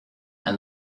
and